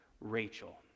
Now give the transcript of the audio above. Rachel